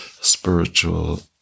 spiritual